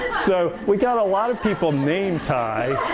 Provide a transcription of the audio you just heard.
so we got a lot of people named ty,